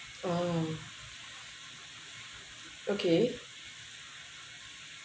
uh okay